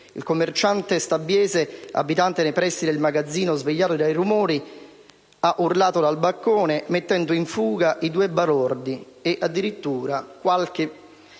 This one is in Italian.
Il commerciante santagatese, abitante nei pressi del magazzino, svegliato dai rumori, ha urlato dal balcone mettendo in fuga i due balordi. Qualche